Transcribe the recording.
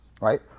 right